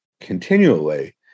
continually